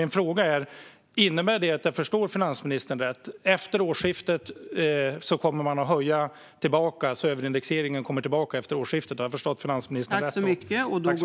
Min fråga är: Förstår jag finansministern rätt att detta innebär att man efter årsskiftet kommer att höja skatten så att överindexeringen kommer tillbaka?